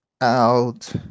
out